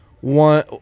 One